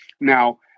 Now